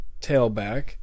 tailback